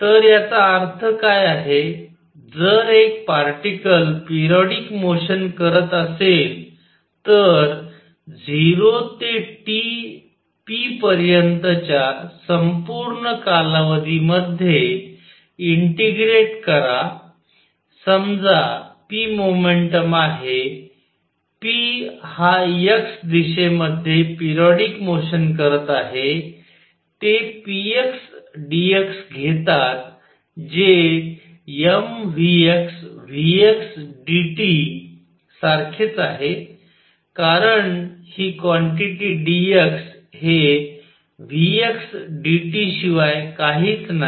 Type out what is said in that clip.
तर याचा अर्थ काय आहे जर एक पार्टीकल पेरियॉडिक मोशन करत असेल तर 0 ते T p पर्यंतच्या संपूर्ण कालावधीमध्ये इंटिग्रेट करा समजा p मोमेंटम आहे p हा x दिशेमध्ये पेरियॉडिक मोशन करत आहे ते px dx घेतात जे mvxvx dt सारखेच आहे कारण हि क्वांटिटी dx हे v x dt शिवाय काहीच नाही